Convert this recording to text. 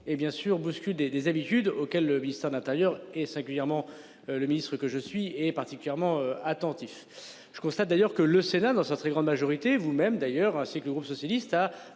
et bien sûr bousculer des habitudes auxquelles le Vista d'intérieur et singulièrement le ministre que je suis est particulièrement attentif. Je constate d'ailleurs que le Sénat dans sa très grande majorité vous-même d'ailleurs ainsi que le groupe socialiste